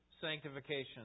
sanctification